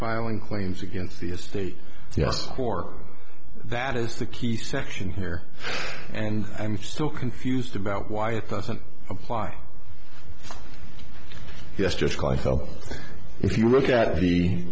filing claims against the estate yes or that is the key section here and i'm still confused about why it doesn't apply yes just like hell if you look at the